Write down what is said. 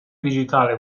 digitale